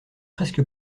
presque